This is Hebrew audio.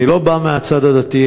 אני לא בא מהצד הדתי,